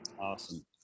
Awesome